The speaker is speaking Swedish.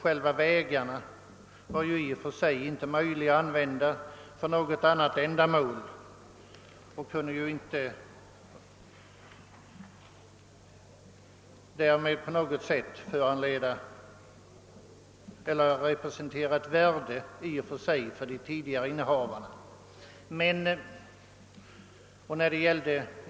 Själva vägarna var inte möjliga att använda för något annat ändamål och kunde alltså inte i och för sig representera något värde för de tidigare innehavarna.